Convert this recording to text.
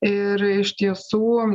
ir iš tiesų